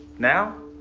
now,